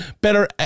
better